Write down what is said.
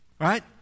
right